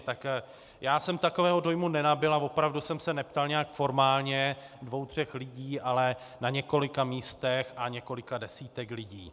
Tak já jsem takového dojmu nenabyl a opravdu jsem se neptal nějak formálně, dvou tří lidí, ale na několika místech a několika desítek lidí.